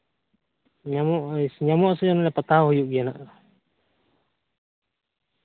ᱧᱟᱢᱚᱜᱼᱟ ᱧᱟᱢᱚᱜᱼᱟ ᱥᱮ ᱢᱟᱱᱮ ᱯᱟᱛᱟ ᱦᱚᱸ ᱦᱩᱭᱩᱜ ᱜᱮᱭᱟ ᱱᱟᱜ